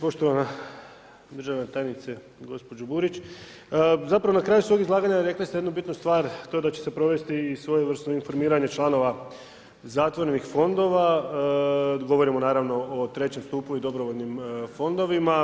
Poštovana državna tajnice, gospođo Burić, zapravo na kraju svoga izlaganja rekli ste jednu bitnu stvar, to je da će se provesti svojevrsno informiranje članova zatvorenih fondova, kad govorimo naravno o III stupu i dobrovoljnim fondovima.